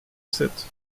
sept